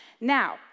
Now